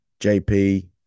JP